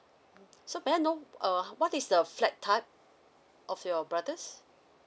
so can I know err what is the flat type of your brother's